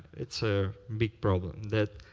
it's a big problem that